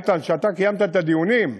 איתן, כשאתה קיימת את הדיונים,